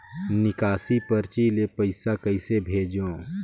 निकासी परची ले पईसा कइसे भेजों?